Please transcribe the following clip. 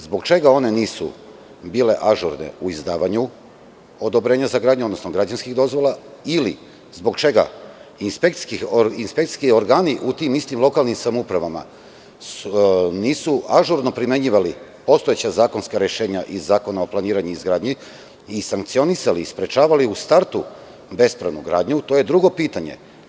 Zbog čega one nisu bile ažurne u izdavanju odobrenja za gradnju, odnosno građevinskih dozvola ili zbog čega inspekcijski organi u tim istim lokalnim samoupravama nisu ažurno primenjivali postojeća zakonska rešenja iz Zakona o planiranju i izgradnji i sankcionisali i sprečavali u startu bespravnu gradnju, to je drugo pitanje.